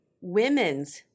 women's